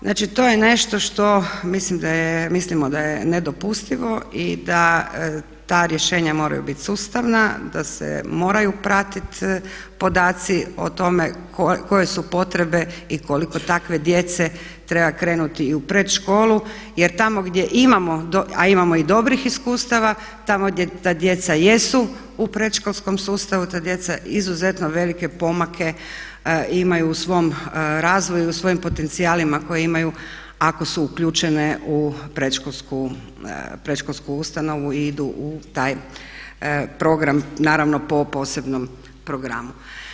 Znači to je nešto što mislimo da je nedopustivo i da ta rješenja moraju biti sustavna, da se moraju pratiti podaci o tome koje su potrebe i koliko takve djece treba krenuti i u predškolu jer tamo gdje imamo, a imamo i dobrih iskustva, tamo gdje ta djeca jesu u predškolskom sustavu, ta djeca izuzetno velike pomake imaju u svom razvoju, u svojim potencijalima koje imaju ako su uključene u predškolsku ustanovu i idu u taj program naravno po posebnom programu.